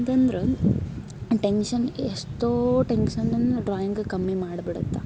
ಅಂತಂದ್ರ ಟೆನ್ಶನ್ ಎಷ್ಟೋ ಟೆನ್ಶನನ್ನು ಡ್ರಾಯಿಂಗ್ ಕಮ್ಮಿ ಮಾಡ್ಬಿಡತ್ತೆ